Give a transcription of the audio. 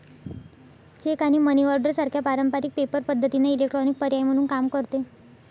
check आणि money order सारख्या पारंपारिक पेपर पद्धतींना इलेक्ट्रॉनिक पर्याय म्हणून काम करते